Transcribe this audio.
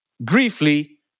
briefly